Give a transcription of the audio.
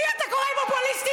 לי אתה קורא פופוליסטית?